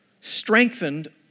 strengthened